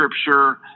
scripture